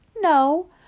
No